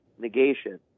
negation